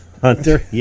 Hunter